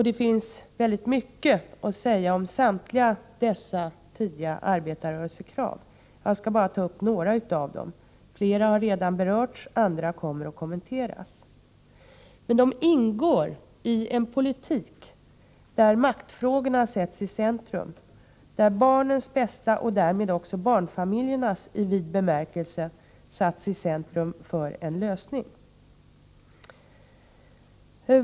Det finns mycket att säga om samtliga dessa tidiga arbetarrörelsekrav — jag skall bara ta upp några av dem. Flera har redan berörts, andra kommer att kommenteras. Men de ingår i en politik där maktfrågorna sätts i centrum, där barnens bästa och därmed också barnfamiljernas bästa i vid bemärkelse satts i centrum för en lösning.